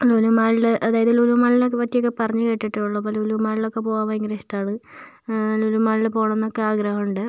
ലുലു മാളിൽ അതായത് ലുലു മാളിനെ പറ്റിയൊക്കെ പറഞ്ഞ് കേട്ടിട്ടേ ഉളളൂ അപ്പോൾ ലുലു മാളിലൊക്കെ പോകാൻ ഭയങ്കര ഇഷ്ടമാണ് ലുലു മാളിൽ പോകണം എന്നൊക്കെ ആഗ്രഹമുണ്ട്